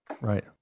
Right